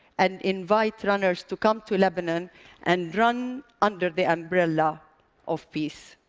and invite runners to come to lebanon and run under the umbrella of peace.